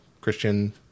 Christian